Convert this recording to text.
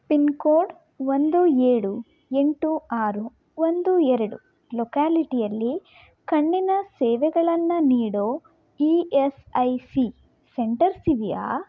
pin code ಒಂದು ಏಳು ಎಂಟು ಆರು ಒಂದು ಎರಡು ಲೊಕ್ಯಾಲಿಟಿಯಲ್ಲಿ ಕಣ್ಣಿನ ಸೇವೆಗಳನ್ನು ನೀಡೋ E S I C centres ಇವೆಯಾ